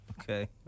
okay